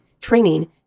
training